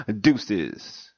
deuces